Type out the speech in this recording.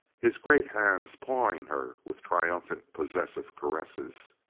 his great hands pawing her with triumphant possessive caresses.